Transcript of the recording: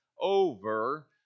over